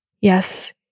yes